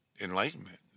enlightenment